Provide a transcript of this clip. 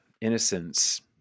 Innocence